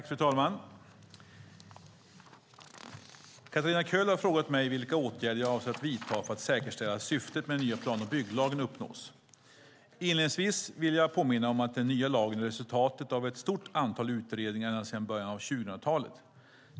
Fru talman! Katarina Köhler har frågat mig vilka åtgärder jag avser att vidta för att säkerställa att syftet med den nya plan och bygglagen uppnås. Inledningsvis vill jag påminna om att den nya lagen är resultatet av ett stort antal utredningar ända sedan början av 2000-talet.